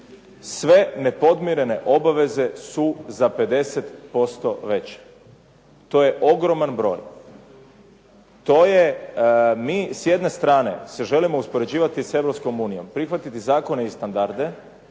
sve nepodmirene obaveze su za 50% veće. To je ogroman broj. To je, mi s jedne strane se želimo uspoređivati s Europskom unijom, prihvatiti zakone i standarde,